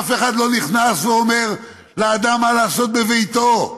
אף אחד לא נכנס ואומר לאדם מה לעשות בביתו,